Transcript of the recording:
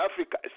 Africa